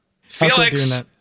Felix